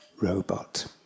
robot